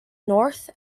north